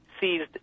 Seized